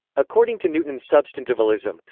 according to newton's substantivalism,